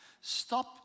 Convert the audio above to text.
Stop